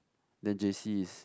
then J_C is